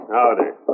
Howdy